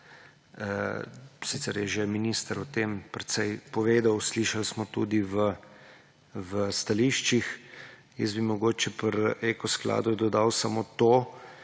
sicer že minister o tem precej povedal, slišali smo tudi v stališčih. Mogoče bi pri Eko skladu dodal samo to,